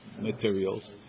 materials